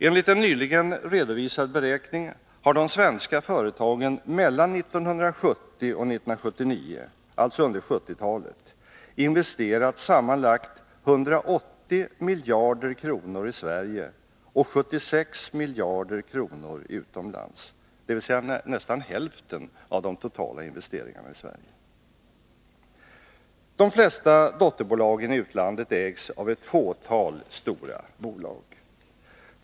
Enligt en nyligen redovisad beräkning har de svenska företagen mellan 1970 och 1979 — alltså under 1970-talet — investerat sammanlagt 180 miljarder kronor i Sverige och 76 miljarder kronor utomlands, dvs. nästan hälften av de totala investeringarna i Sverige. De flesta dotterbolagen i utlandet ägs av ett fåtal stora bolag.